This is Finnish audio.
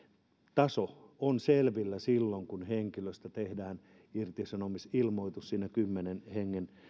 taso on selvillä silloin kun henkilöstä tehdään irtisanomisilmoitus siinä kymmenen hengen